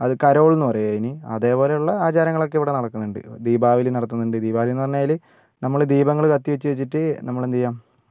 അത് കരോൾന്ന് പറയും അയിന് അതേപോലെയുള്ള ആചാരങ്ങളൊക്കെ ഇവിടെ നടക്കുന്നുണ്ട് ദീപാവലി നടത്തുന്നുണ്ട് ദീപാവലീന്ന് പറഞ്ഞാല് നമ്മള് ദീപങ്ങള് കത്തിച്ച് വെച്ചിട്ട് നമ്മളെന്തേയ്യാ